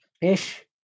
ish